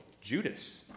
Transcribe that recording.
Judas